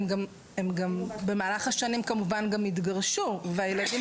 הם במהלך השנים כמובן גם התגרשו והילדים